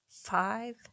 five